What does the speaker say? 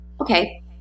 okay